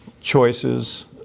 choices